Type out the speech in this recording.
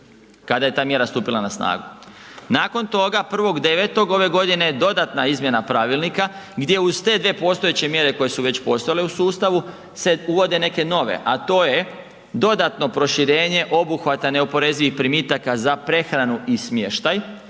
kada je ta mjera stupila na snagu. Nakon toga 1.9. ove godine dodatna izmjena pravilnika gdje uz te dvije postojeće mjere koje su već postojale u sustavu se uvode neke nove, a to je dodatno proširenje obuhvata neoporezivih primitaka za prehranu i smještaj,